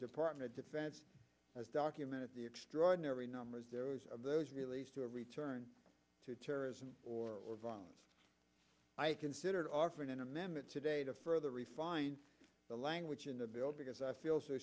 department of defense has documented the extraordinary numbers those of those released to return to terrorism or violence i consider offering an amendment today to further refine the language in the bill because i feel so